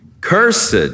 Cursed